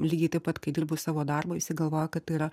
lygiai taip pat kai dirbu savo darbą visi galvoja kad tai yra